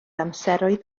amseroedd